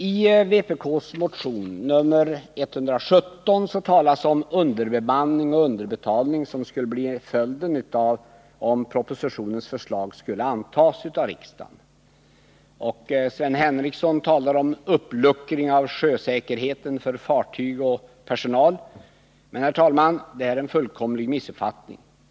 I vpk:s motion nr 2613 talas om underbemanning och underbetalning som skulle bli följden, om propositionens förslag skulle antas av riksdagen. Sven Henricsson talar om uppluckring av sjösäkerheten för fartyg och personal. Men, herr talman, det är en fullkomlig missuppfattning.